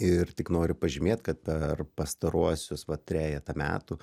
ir tik noriu pažymėt kad per pastaruosius va trejetą metų